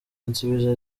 ansubiza